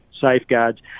safeguards